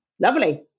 Lovely